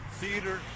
theater